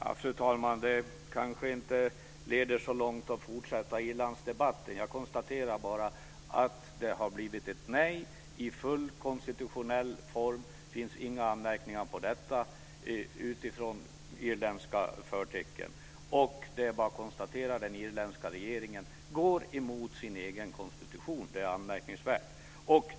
Fru talman! Det kanske inte leder så långt att fortsätta Irlandsdebatten. Jag konstaterar bara att det har blivit ett nej i full konstitutionell form. Det finns inga anmärkningar på det utifrån irländska förtecken. Det är bara att konstatera att den irländska regeringen går emot sin egen konstitution, och det är anmärkningsvärt.